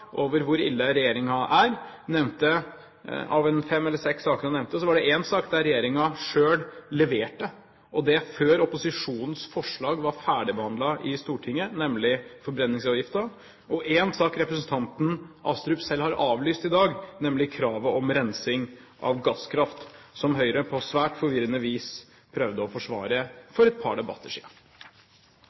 over hvor ille regjeringen er, av fem eller seks saker nevnte én sak der regjeringen leverte, og det før opposisjonens forslag var ferdigbehandlet i Stortinget, nemlig forbrenningsavgiften, og én sak representanten Astrup selv avlyste i dag, nemlig kravet om rensing av gasskraft, som Høyre på svært forvirrende vis prøvde å forsvare for et par debatter